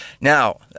Now